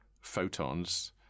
photons